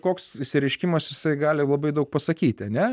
koks išsireiškimas jisai gali labai daug pasakyti ne